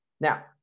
now